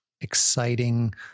exciting